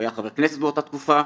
הוא היה חבר כנסת באותה תקופה,